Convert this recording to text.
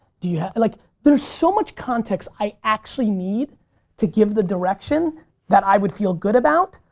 do you have, like there's so much context i actually need to give the direction that i would feel good about,